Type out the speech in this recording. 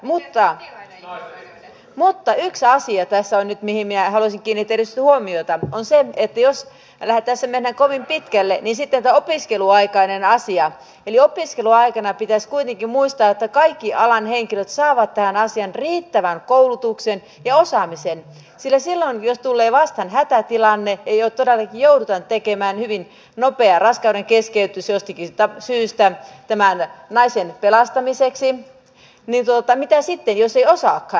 mutta yksi asia tässä on mihin minä haluaisin nyt kiinnittää erityisesti huomiota ja se on se että jos tässä mennään kovin pitkälle niin sitten on tämä opiskeluaikainen asia eli pitäisi kuitenkin muistaa että opiskeluaikana kaikki alan henkilöt saavat tähän asiaan riittävän koulutuksen ja osaamisen sillä silloin jos tulee vastaan hätätilanne ja todellakin joudutaan tekemään hyvin nopea raskaudenkeskeytys jostakin syystä naisen pelastamiseksi niin mitä sitten jos ei osaakaan